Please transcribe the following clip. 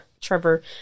Trevor